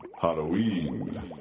Halloween